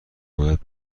باید